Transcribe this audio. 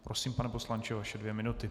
Prosím, pane poslanče, vaše dvě minuty.